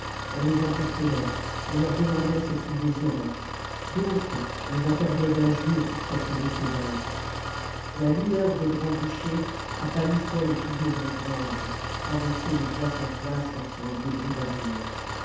on les interpellait on leur demandait ce qu'ils désiraient d'autres les accablaient d'injures pour s'être laissé vaincre la lueur des grands bûchers apâhssait les figures exsangues renversées de place en place sur les débris d'armures